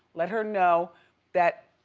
let her know that,